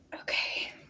Okay